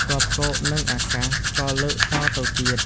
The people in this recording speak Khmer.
ទ័ពគោកនិងអាកាស ក៏លើកតទៅទៀត ។